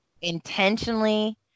intentionally